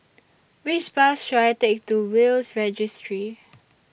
Which Bus should I Take to Will's Registry